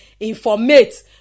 informate